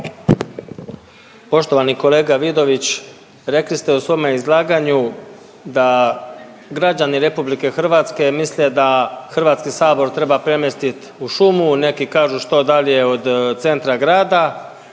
Poštovani kolega Vidović rekli ste u svome izlaganju da građani Republike Hrvatske misle da Hrvatski sabor treba premjestit u šumu, neki kažu što dalje od centra grada